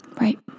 Right